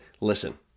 listen